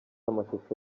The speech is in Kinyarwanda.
amashusho